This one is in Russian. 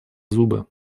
зубы